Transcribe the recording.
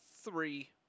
three